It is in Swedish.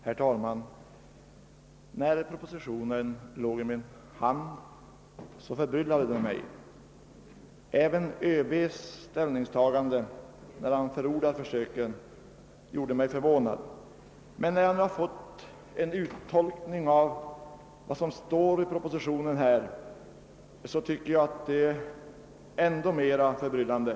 Herr talman! Redan när förevarande proposition kom i min hand förbryllade den mig. Även ÖB:s ställningstagande, som innebar att han förordade försöket, gjorde mig förvånad. Den uttolkning som givits av vad som står i propositionen finner jag emellertid vara ännu mera förbryllande.